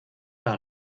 par